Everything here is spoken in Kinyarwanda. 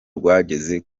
rwageze